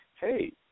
Hey